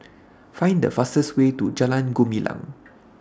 Find The fastest Way to Jalan Gumilang